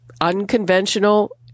Unconventional